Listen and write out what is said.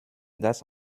dass